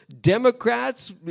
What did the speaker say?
Democrats